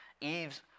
Eve's